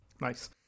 nice